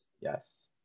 Yes